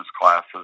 classes